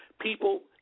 People